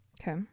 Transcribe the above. Okay